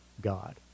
God